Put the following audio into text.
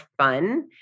fun